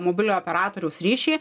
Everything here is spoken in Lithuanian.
mobiliojo operatoriaus ryšį